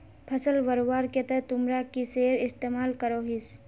फसल बढ़वार केते तुमरा किसेर इस्तेमाल करोहिस?